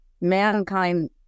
mankind